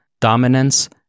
dominance